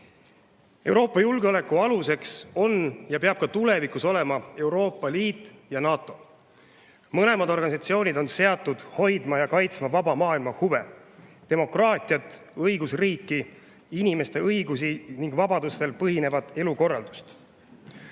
Euroopa julgeoleku alus on ja peab ka tulevikus olema Euroopa Liit ja NATO. Mõlemad organisatsioonid on seatud hoidma ja kaitsma vaba maailma huve: demokraatiat, õigusriiki, inimeste õigusi ning vabadusel põhinevat elukorraldust.